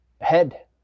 Head